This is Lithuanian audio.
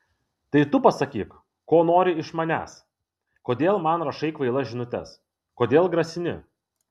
tai tu pasakyk ko nori iš manęs kodėl man rašai kvailas žinutes kodėl grasini